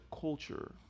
culture